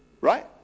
Right